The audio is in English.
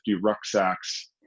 rucksacks